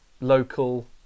local